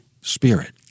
Spirit